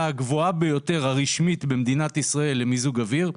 הגבוהה ביותר הרשמית במדינת ישראל למיזוג אוויר.